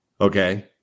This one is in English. Okay